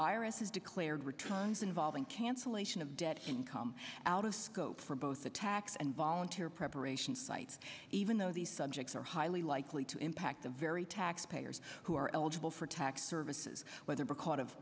irises declared returns involving cancellation of debt can come out of scope for both the tax and volunteer preparations site even though these subjects are highly likely to impact the very taxpayers who are eligible for tax services whether bec